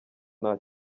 nta